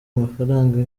amafaranga